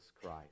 Christ